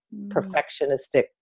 perfectionistic